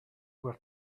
were